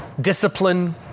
discipline